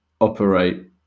operate